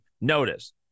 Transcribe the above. Notice